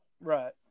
right